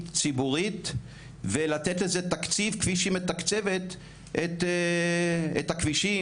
ציבורית ולתת לזה תקציב כפי שהיא מתקצבת את הכבישים,